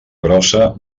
grossa